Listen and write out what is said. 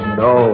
no